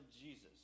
Jesus